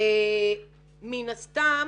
מן הסתם